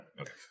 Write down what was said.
okay